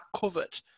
covered